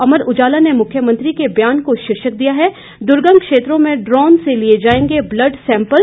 अमर उजाला ने मुख्यमंत्री के बयान को शीर्षक दिया है दुर्गम क्षेत्रों में ड्रोन से लिए जाएंगे ब्लड सैंपल